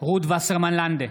רות וסרמן לנדה,